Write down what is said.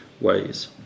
ways